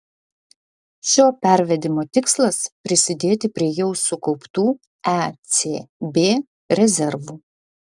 šio pervedimo tikslas prisidėti prie jau sukauptų ecb rezervų